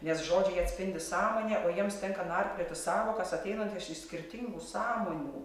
nes žodžiai atspindi sąmonę o jiems tenka narplioti sąvokas ateinantias iš skirtingų sąmonių